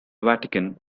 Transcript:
vatican